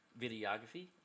videography